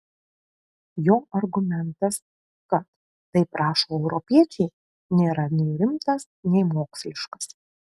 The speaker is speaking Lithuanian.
jo argumentas kad taip rašo europiečiai nėra nei rimtas nei moksliškas